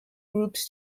groups